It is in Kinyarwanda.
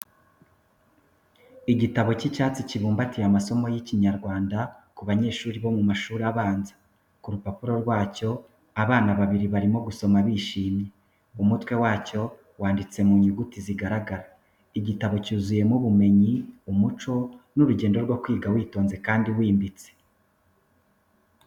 Igitabo cy’icyatsi kibumbatiye amasomo y’Ikinyarwanda ku banyeshuri bo mu mashuri abanza. Ku rupapuro rwacyo, abana babiri barimo gusoma bishimye. Umutwe wacyo wanditse mu nyuguti zigaragara. Igitabo cyuzuyemo ubumenyi, umuco, n’urugendo rwo kwiga witonze kandi wimbitse.